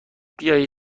بیایید